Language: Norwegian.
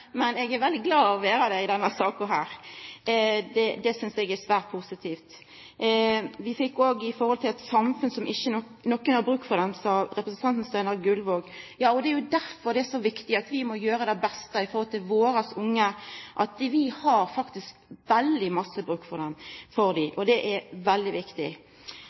men eg er veldig glad for å vera det i denne saka. Det synest eg er svært positivt. Representanten Gullvåg snakka om eit samfunn der ingen har bruk for dei. Ja, det er derfor det er så viktig at vi må gjera det beste for våre unge, vi har faktisk veldig god bruk for dei. Det er veldig viktig.